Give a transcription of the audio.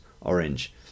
orange